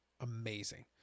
Amazing